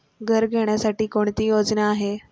घर घेण्यासाठी कोणती योजना आहे?